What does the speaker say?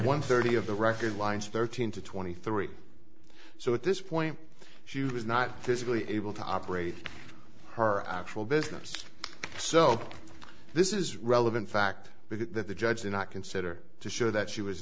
one thirty of the record lines thirteen to twenty three so at this point she was not physically able to operate her actual business so this is relevant fact that the judge did not consider to show that she was